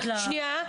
שנייה,